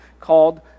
called